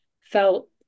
felt